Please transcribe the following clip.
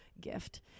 gift